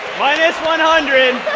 minus one hundred.